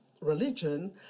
religion